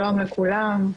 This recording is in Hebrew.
שלום לכולם.